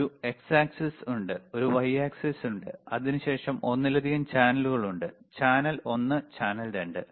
ഒരു X axis ഉണ്ട് ഒരു വൈ ആക്സിസ് ഉണ്ട് അതിനുശേഷം ഒന്നിലധികം ചാനലുകൾ ഉണ്ട് ചാനൽ ഒന്ന് ചാനൽ 2